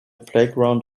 playground